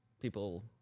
People